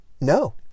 no